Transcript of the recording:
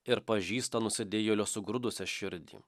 ir pažįsta nusidėjėlio sugrudusią širdį